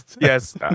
yes